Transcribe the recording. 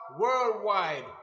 worldwide